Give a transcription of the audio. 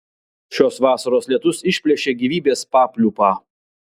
šios vasaros lietus išplėšė gyvybės papliūpą